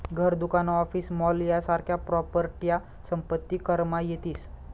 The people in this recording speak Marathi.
घर, दुकान, ऑफिस, मॉल यासारख्या प्रॉपर्ट्या संपत्ती करमा येतीस